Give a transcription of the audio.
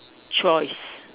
choice